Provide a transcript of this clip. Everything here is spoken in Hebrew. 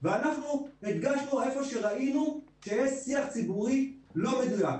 ואנחנו הדגשנו איפה שראינו שיש שיח ציבורי לא מדויק.